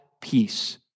peace